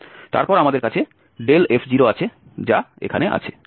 তারপর আমাদের কাছে f0 আছে যা এখানে আছে